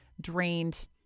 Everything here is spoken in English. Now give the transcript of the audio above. drained